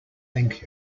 thank